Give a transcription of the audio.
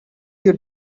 you